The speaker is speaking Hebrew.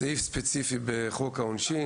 סעיף ספציפי בחוק העונשין,